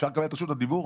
אני מבקש את רשות הדיבור.